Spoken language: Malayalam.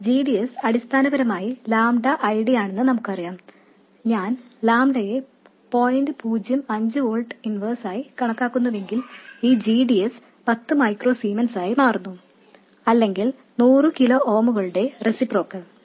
g d s അടിസ്ഥാനപരമായി ലാംഡ I D യാണെന്ന് നമുക്കറിയാം ഞാൻ ലാംഡയെ പോയിന്റ് പൂജ്യം അഞ്ച് വോൾട്ട് ഇൻവേഴ്സ് ആയി കണക്കാക്കുന്നുവെങ്കിൽ ഈ g d s പത്ത് മൈക്രോ സീമെൻസായി മാറുന്നു അല്ലെങ്കിൽ 100 കിലോ ഓമുകളുടെ റെസിപ്രോക്കലാണ്